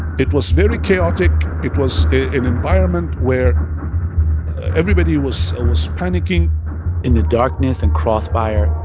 it was very chaotic. it was an environment where everybody was was panicking in the darkness and crossfire,